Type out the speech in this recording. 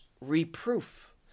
reproof